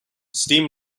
steam